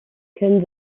können